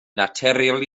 naturiol